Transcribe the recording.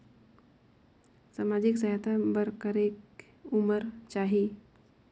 समाजिक सहायता बर करेके उमर चाही?